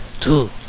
Two